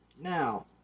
Now